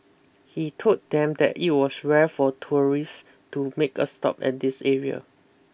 he told them that it was rare for tourist to make a stop at this area